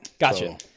gotcha